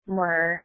more